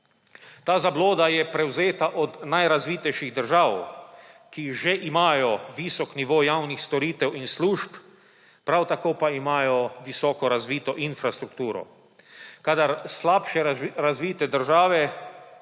Ta zabloda je prevzeta od najrazvitejših držav, ki že imajo visok nivo javnih storitev in služb, prav tako pa imajo visoko razvito infrastrukturo. Kadar slabše razvite države,